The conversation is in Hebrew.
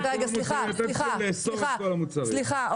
-- לאסור את כל המוצרים.